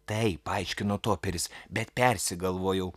taip paaiškino toperis bet persigalvojau